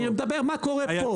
אני מדבר על מה קורה פה.